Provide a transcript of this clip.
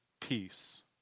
peace